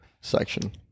section